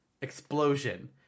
Explosion